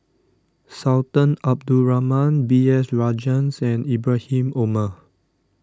Sultan Abdul Rahman B S Rajhans and Ibrahim Omar